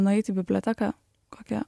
nueit į biblioteką kokią